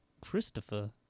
Christopher